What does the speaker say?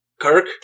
Kirk